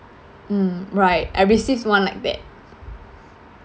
um right I received one like that